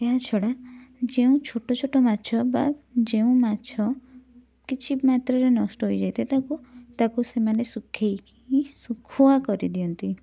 ଏହା ଛଡ଼ା ଯେଉଁ ଛୋଟ ଛୋଟ ମାଛ ବା ଯେଉଁ ମାଛ କିଛି ମାତ୍ରାରେ ନଷ୍ଟ ହୋଇଯାଇଥାଏ ତାକୁ ତାକୁ ସେମାନେ ଶୁଖାଇକି ଶୁଖୁଆ କରିଦିଅନ୍ତି